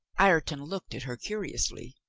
ireton looked at her curiously.